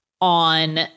on